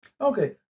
Okay